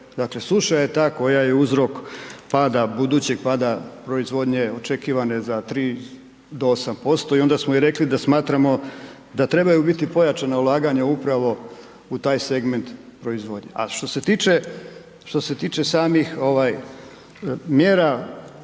Dakle, suša je ta koja je uzrok pada, budućeg pada proizvodnje očekivane za 3 do 8% i onda smo i rekli da smatramo da trebaju biti pojačana ulaganja upravo u taj segment proizvodnje. A što se tiče, što se